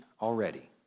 already